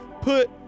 put